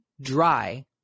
dry